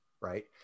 right